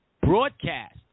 broadcast